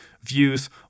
views